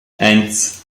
eins